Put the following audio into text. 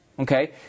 Okay